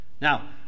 Now